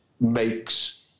makes